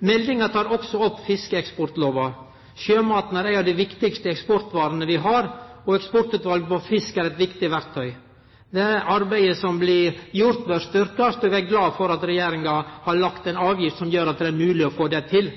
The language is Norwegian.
Meldinga tek også opp fiskeeksportlova. Sjømat er ei av dei viktigaste eksportvarene vi har, og Eksportutvalget for fisk er eit viktig verktøy. Det arbeidet som blir gjort, bør styrkjast. Eg er glad for at Regjeringa har lagt ei avgift som gjer at det er mogleg å få det til.